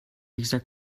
exact